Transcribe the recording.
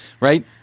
right